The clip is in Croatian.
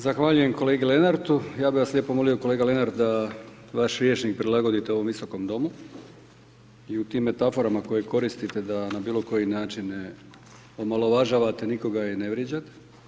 Zahvaljujem kolegi Lenartu, ja bi vas lijepo molio kolega Lenart, da vaš rječnik prilagodite ovom Visokom domu i u tim metaforama koje koristite da na bilo koji način, mene omalovažavate nikoga i ne vrijeđate.